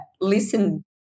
listen